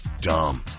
dumb